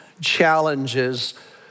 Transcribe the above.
challenges